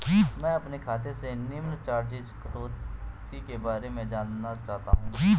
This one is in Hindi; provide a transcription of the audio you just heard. मैं अपने खाते से निम्न चार्जिज़ कटौती के बारे में जानना चाहता हूँ?